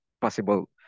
possible